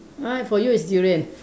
!huh! for you is durian